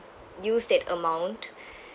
use that amount